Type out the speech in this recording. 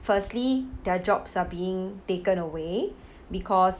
firstly their jobs are being taken away because